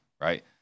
right